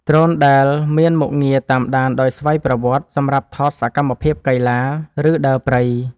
ដ្រូនដែលមានមុខងារតាមដានដោយស្វ័យប្រវត្តិ សម្រាប់ថតសកម្មភាពកីឡា ឬដើរព្រៃ។